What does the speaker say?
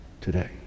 today